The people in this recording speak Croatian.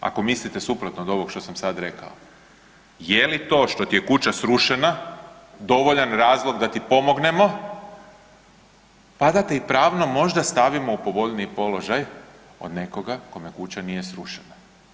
Ako mislite suprotno od ovoga što sam sada rekao, je li to što ti je kuća srušena dovoljan razlog da ti pomognemo, pa da te i pravno možda stavimo u povoljniji položaj od nekoga kome kuća nije srušena?